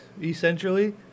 essentially